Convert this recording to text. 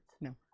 No